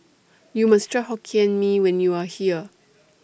YOU must Try Hokkien Mee when YOU Are here